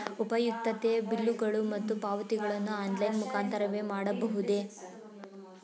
ಉಪಯುಕ್ತತೆ ಬಿಲ್ಲುಗಳು ಮತ್ತು ಪಾವತಿಗಳನ್ನು ಆನ್ಲೈನ್ ಮುಖಾಂತರವೇ ಮಾಡಬಹುದೇ?